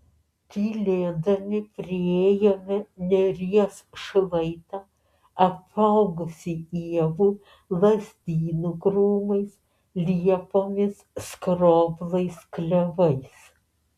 tylėdami priėjome neries šlaitą apaugusį ievų lazdynų krūmais liepomis skroblais klevais